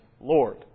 Lord